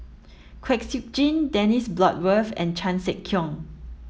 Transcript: Kwek Siew Jin Dennis Bloodworth and Chan Sek Keong